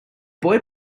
boy